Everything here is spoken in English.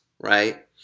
right